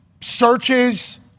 searches